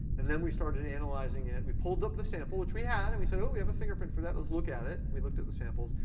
and then we started analyzing it. we pulled up the sample, which we had, and we said, oh, we fingerprint for that. let's look at it. we looked at the samples,